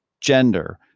gender